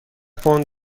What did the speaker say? پوند